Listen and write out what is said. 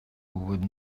would